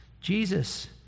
Jesus